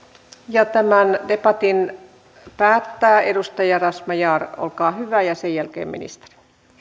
ja tämän debatin päättää edustaja razmyar olkaa hyvä ja sen jälkeen ministeri